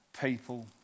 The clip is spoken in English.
people